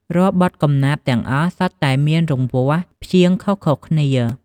រាល់បទកំណាព្យទាំងអស់សុទ្ធតែមានរង្វាស់ព្យាង្គខុសៗគ្នា។